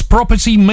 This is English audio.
Property